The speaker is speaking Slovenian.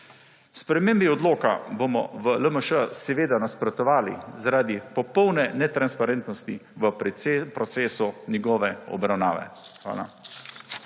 Spremembi odloka bomo v LMŠ seveda nasprotovali zaradi popolne netransparentnosti v procesu njegove obravnave.